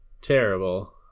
terrible